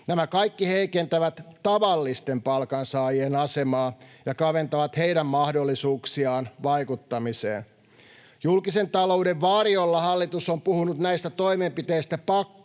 Nämä kaikki heikentävät tavallisten palkansaajien asemaa ja kaventavat heidän mahdollisuuksiaan vaikuttamiseen. Julkisen talouden varjolla hallitus on puhunut näistä toimenpiteistä pakkona,